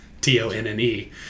T-O-N-N-E